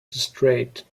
straight